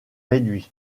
réduits